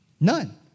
none